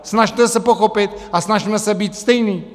Snažme se pochopit a snažme se být stejní.